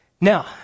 Now